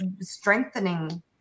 strengthening